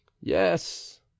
yes